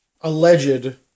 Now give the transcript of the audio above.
alleged